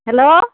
hello